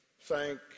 thank